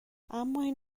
امااین